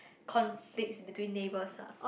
conflicts between neighbours ah